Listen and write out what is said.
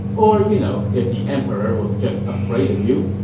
or you know, if the emperor was just afraid of you.